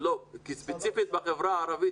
ספציפית בחברה הערבית,